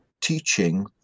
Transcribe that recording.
teaching